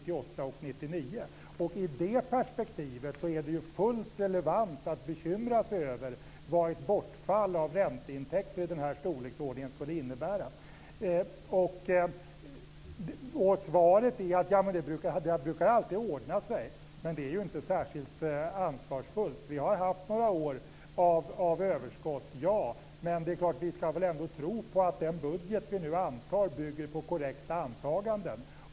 I det perspektivet är det fullt relevant att bekymra sig över vad ett bortfall av ränteintäkter i den här storleksordningen skulle innebära. Svaret är att det alltid brukar ordna sig. Men det är ju inte särskilt ansvarsfullt. Vi har haft några år av överskott. Men vi ska väl ändå tro på att den budget vi nu antar bygger på korrekta antaganden.